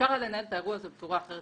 אפשר היה לנהל את האירוע הזה בצורה אחרת